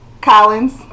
Collins